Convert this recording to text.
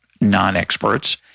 non-experts